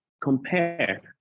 compare